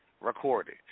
recorded